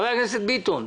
חבר הכנסת ביטון,